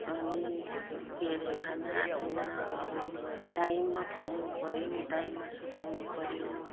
अनि के अरे खानापिना अब टाइममा खुवाउनुपऱ्यो टाइममा सुताउनुपऱ्यो